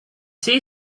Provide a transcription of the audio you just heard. say